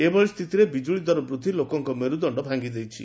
ଏଭଳି ସ୍ଥିତିରେ ବିଜୁଳି ଦର ବୃଦ୍ଧି ଲୋକଙ୍କ ମେର୍ଦଦଣ୍ଡ ଭାଗିଛି